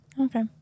Okay